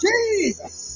Jesus